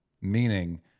Meaning